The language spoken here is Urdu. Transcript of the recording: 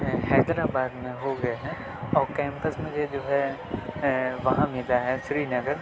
حیدر آباد میں ہو گیا ہے اور کیمپس مجھے جو ہے وہاں ملا ہے سری نگر